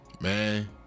man